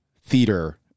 theater